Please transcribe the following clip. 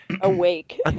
awake